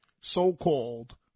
so-called